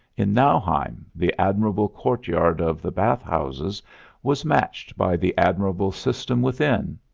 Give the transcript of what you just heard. in nauheim the admirable courtyard of the bathhouses was matched by the admirable system within.